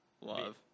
Love